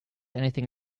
anything